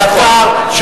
על אתר,